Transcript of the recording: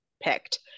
picked